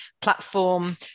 platform